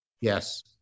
Yes